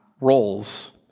roles